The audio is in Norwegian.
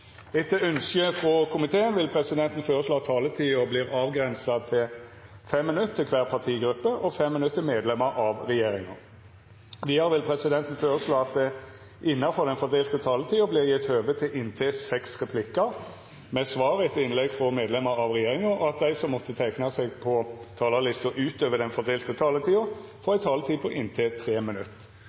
Etter ønske frå transport- og kommunikasjonskomiteen vil presidenten føreslå at taletida vert avgrensa til 5 minutt til kvar gruppe og 5 minutt til medlemer av regjeringa. Vidare vil presidenten føreslå at det – innanfor den fordelte taletida – vert gjeve høve til inntil seks replikkar med svar etter innlegg frå medlemer av regjeringa, og at dei som måtte teikna seg på talarlista utover den fordelte taletida, får ei taletid på inntil 3 minutt.